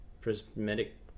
prismatic